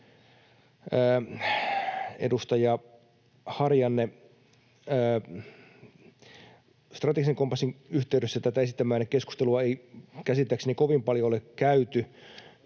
Edustaja Harjanne, strategisen kompassin yhteydessä tätä esittämäänne keskustelua ei käsittääkseni kovin paljon ole käyty.